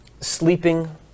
sleeping